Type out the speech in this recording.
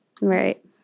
Right